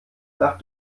nach